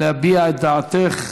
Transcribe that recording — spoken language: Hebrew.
להביע את דעתך.